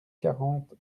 quarante